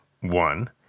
one